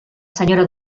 senyora